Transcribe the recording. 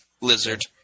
lizard